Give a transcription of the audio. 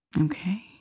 Okay